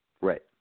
Right